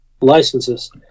licenses